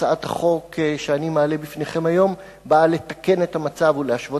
הצעת החוק שאני מעלה בפניכם היום באה לתקן את המצב ולהשוות